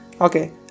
okay